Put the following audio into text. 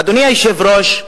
אדוני היושב-ראש,